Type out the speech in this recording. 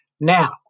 Now